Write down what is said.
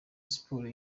sports